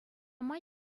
май